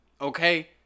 Okay